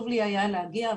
היה לי חשוב להגיע,